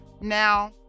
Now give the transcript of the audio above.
Now